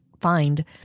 find